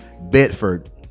Bedford